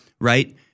right